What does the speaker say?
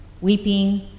weeping